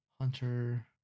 Hunter